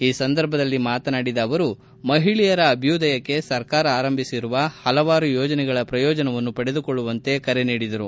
ಈ ಸಂದರ್ಭದಲ್ಲಿ ಮಾತನಾಡಿದ ಅವರು ಮಹಿಳೆಯರ ಅಭ್ಯುದಯಕ್ಷೆ ಸರ್ಕಾರ ಆರಂಭಿಸಿರುವ ಹಲವಾರು ಯೋಜನೆಗಳ ಪ್ರಯೋಜನವನ್ನು ಪಡೆದುಕೊಳ್ಳುವಂತೆ ಕರೆ ನೀಡಿದರು